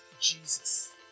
Jesus